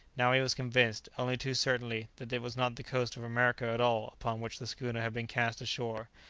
now he was convinced, only too certainly, that it was not the coast of america at all upon which the schooner had been cast ashore!